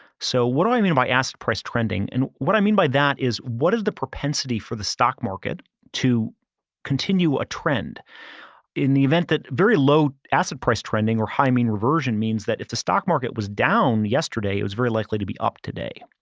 so what do i mean by asset price trending? and what i mean by that is, what is the propensity for the stock market to continue a trend in the event that very low asset price trending or high mean reversion means that if the stock market was down yesterday, it was very likely to be up today.